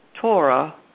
Torah